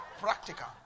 Practical